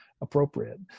appropriate